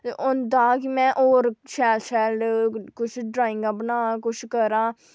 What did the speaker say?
होंदा हा के में शैल शैल ड्रांइगां बना ते